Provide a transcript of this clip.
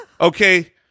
okay